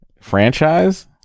franchise